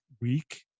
week